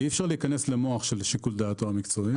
אי אפשר להיכנס למוח של שיקול דעתו המקצועי.